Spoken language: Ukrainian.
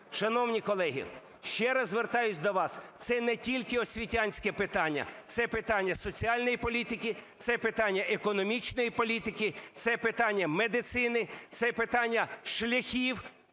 Шановні колеги! Ще раз звертаюсь до вас, це не тільки освітянське питання, це питання соціальної політики, це питання економічної політики, це питання медицини, це питання шляхів,